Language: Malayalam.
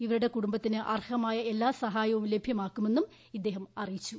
ഇവരുടെ കുടുംബത്തിന് അർഹമായ എല്ലാം സഹായവും ലഭ്യമാക്കുമെന്നും അദ്ദേഹം അറിയിച്ചു